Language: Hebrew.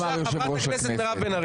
בבקשה, חברת הכנסת מירב בן ארי.